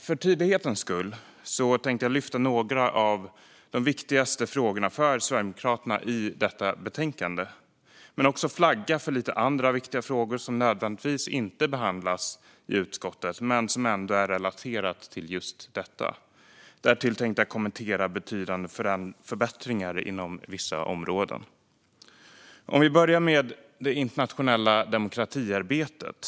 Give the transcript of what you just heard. För tydlighetens skull tänkte jag lyfta några av de viktigaste frågorna för Sverigedemokraterna i detta betänkande men också flagga för några andra viktiga frågor som nödvändigtvis inte behandlats i utskottet men som ändå är relaterade till just detta. Därtill tänkte jag kommentera betydande förbättringar inom vissa områden. Låt oss börja med det internationella demokratiarbetet.